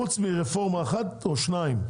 חוץ מרפורמה אחת או שתיים,